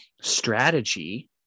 strategy